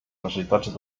necessitats